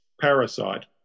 Parasite